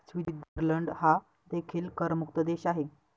Switzerland हा देखील करमुक्त देश आहे